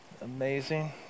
amazing